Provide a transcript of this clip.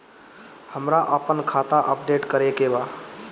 हमरा आपन खाता अपडेट करे के बा